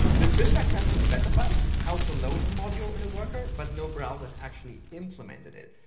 the syntax has been specified how to load a module in a worker, but no browser has actually implemented it.